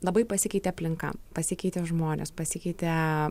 labai pasikeitė aplinka pasikeitė žmonės pasikeitė